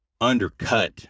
undercut